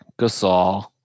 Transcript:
Gasol